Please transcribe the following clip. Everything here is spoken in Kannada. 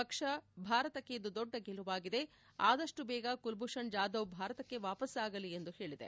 ಪಕ್ಷ ಭಾರತಕ್ಕೆ ಇದು ದೊಡ್ಡ ಗೆಲುವಾಗಿದೆ ಆದಷ್ಟು ಬೇಗ ಕುಲ್ಭೂಷಣ್ ಜಾಧವ್ ಭಾರತಕ್ಕೆ ವಾಪಸ್ಪಾಗಲಿ ಎಂದು ಹೇಳಿದೆ